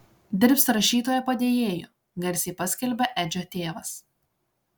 dirbs rašytojo padėjėju garsiai paskelbė edžio tėvas